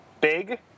big